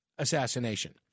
assassination